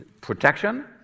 protection